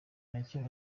nacyo